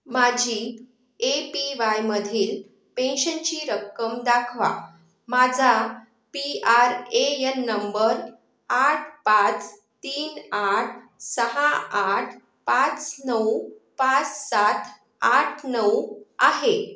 माझी A P वायमधील पेन्शनची रक्कम दाखवा माझा P R A N number आठ पाच तीन आठ सहा आठ पाच नऊ पाच सात आठ नऊ आहे